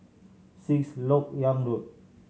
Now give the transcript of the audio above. Sixth Lok Yang Road